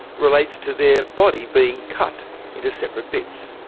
relates to their body being cut into separate bits.